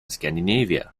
scandinavia